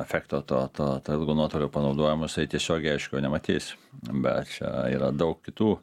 efekto to to ilgo nuotolio panaudojimo jisai tiesiogiai aišku nematys bet čia yra daug kitų